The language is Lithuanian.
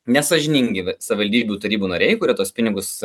nesąžiningi savaldybių tarybų nariai kurie tuos pinigus